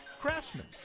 Craftsman